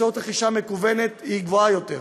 והרכישה המקוונת היא גבוהה יותר,